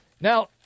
Now